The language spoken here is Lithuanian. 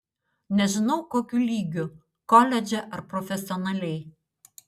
nežinau kokiu lygiu koledže ar profesionaliai